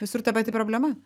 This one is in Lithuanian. visur ta pati problema